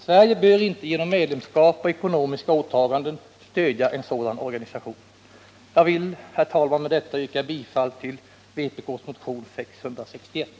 Sverige bör inte genom medlemskap och ekonomiska åtaganden stödja en sådan organisation. Jag vill, herr talman, med detta yrka bifall till vpk:s motion 661.